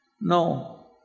No